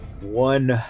one